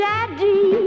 Daddy